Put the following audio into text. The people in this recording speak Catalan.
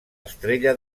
estrella